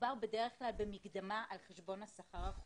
מדובר בדרך כלל במקדמה על חשבון השכר החודשי.